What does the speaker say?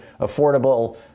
affordable